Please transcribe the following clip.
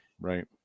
right